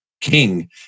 king